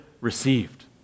received